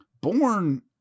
Born